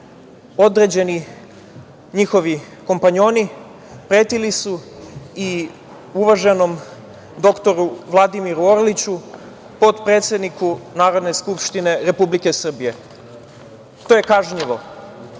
određeni njihovi kompanjoni pretili su i uvaženom dr Vladimiru Orliću, potpredsedniku Narodne skupštine Republike Srbije. To je kažnjivo.